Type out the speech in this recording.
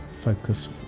focus